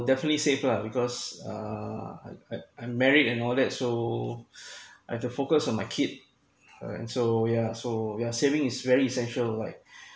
definitely save lah because uh I I'm married and all that so I have to focus on my kid uh and so yeah so we are saving it's very essential like